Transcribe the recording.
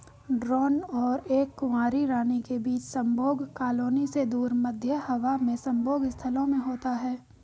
drone और एक कुंवारी रानी के बीच संभोग कॉलोनी से दूर, मध्य हवा में संभोग स्थलों में होता है